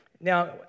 Now